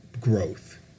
growth